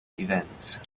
events